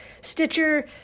Stitcher